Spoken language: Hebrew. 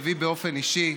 ובי באופן אישי.